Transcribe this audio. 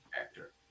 actor